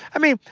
i mean,